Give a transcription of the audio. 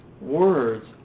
Words